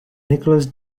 nicholas